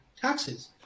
taxes